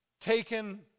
taken